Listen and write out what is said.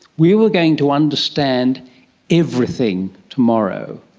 we were going to understand everything tomorrow.